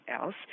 else